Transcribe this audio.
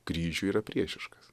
kryžiui yra priešiškas